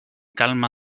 calma